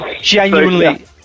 genuinely